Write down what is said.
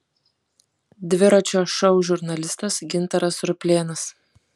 dviračio šou žurnalistas gintaras ruplėnas